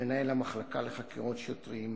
מנהל המחלקה לחקירות שוטרים,